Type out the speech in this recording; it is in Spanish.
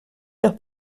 los